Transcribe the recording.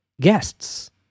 guests